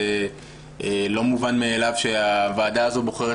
זה לא מובן מאליו שהוועדה הזו בוחרת